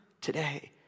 today